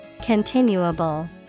Continuable